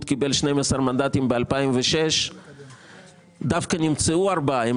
קיבל 12 מנדטים בשנת 2006. דווקא נמצאו ארבעה שחשבו לעזוב.